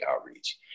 outreach